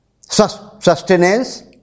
sustenance